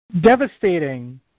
devastating